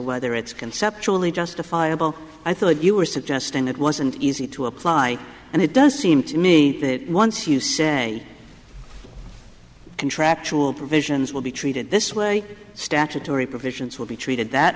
whether it's conceptually justifiable i thought you were suggesting it wasn't easy to apply and it does seem to me that once you say contractual provisions will be treated this way statutory provisions will be treated that